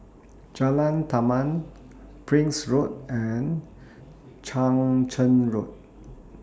Jalan Taman Prince Road and Chang Charn Road